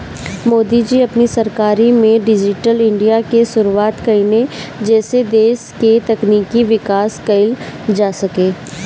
मोदी जी अपनी सरकार में डिजिटल इंडिया के शुरुआत कईने जेसे देस के तकनीकी विकास कईल जा सके